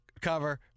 cover